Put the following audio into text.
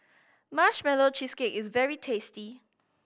Marshmallow Cheesecake is very tasty